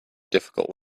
difficult